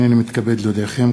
הנני מתכבד להודיעכם,